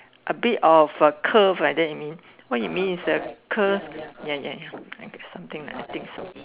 a bit of a curve like that you mean what you mean is a curve ya ya I got something like that I think so